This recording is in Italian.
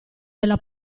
della